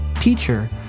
teacher